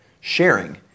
sharing